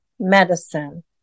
medicine